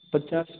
पचास